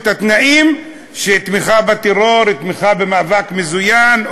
איל בן ראובן.